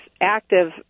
active